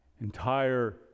Entire